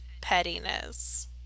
pettiness